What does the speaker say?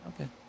Okay